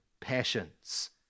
passions